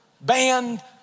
band